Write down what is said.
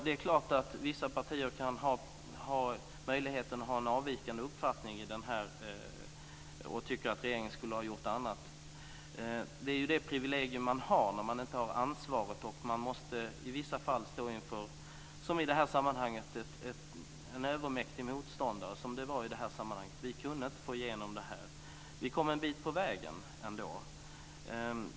Det är klart att vissa partier här kan ha en avvikande uppfattning och tycka att regeringen skulle ha gjort på annat sätt. Det är ju det privilegium man har när man inte har ansvaret och i vissa fall måste stå, som i det här sammanhanget, inför en övermäktig motståndare. Vi kunde inte få igenom det här, men vi kom ändå en bit på vägen.